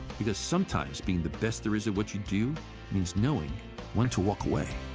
because sometimes being the best there is at what you do means knowing when to walk away.